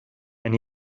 and